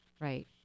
right